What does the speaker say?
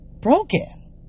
broken